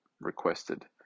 requested